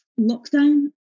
lockdown